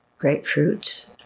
Grapefruits